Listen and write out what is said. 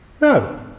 no